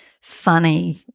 funny